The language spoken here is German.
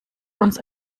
uns